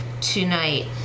tonight